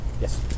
Yes